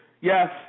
yes